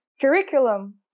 curriculum